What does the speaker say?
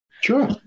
Sure